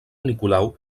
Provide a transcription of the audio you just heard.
nicolau